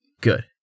Good